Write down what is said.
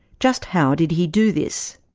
just how did he do this?